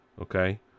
Okay